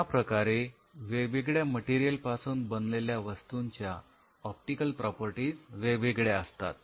याप्रकारे वेगवेगळ्या या मटेरियल पासून बनलेल्या वस्तूंच्या ऑप्टिकल प्रॉपर्टीज वेगवेगळ्या असतात